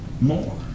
more